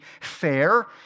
fair